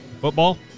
football